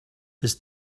his